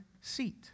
seat